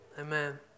Amen